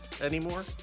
anymore